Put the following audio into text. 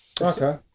Okay